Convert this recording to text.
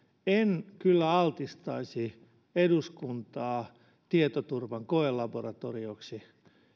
en kyllä altistaisi eduskuntaa tietoturvan koelaboratorioksi